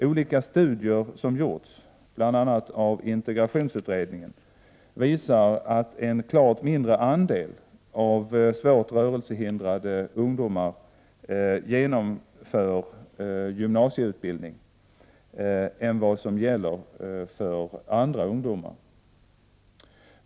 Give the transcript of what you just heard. Olika studier som gjorts, bl.a. av integrationsutredningen, visar att en klart mindre andel av svårt rörelsehindrade ungdomar genomför gymnasieutbildning, än vad som gäller för andra ungdomar.